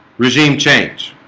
regime change